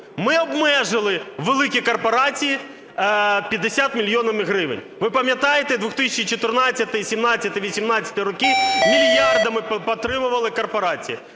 Ми обмежили великі корпорації 50 мільйонами гривень. Ви пам'ятаєте 2014, 2017, 2018 роки, мільярдами отримували корпорації.